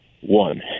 One